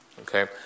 Okay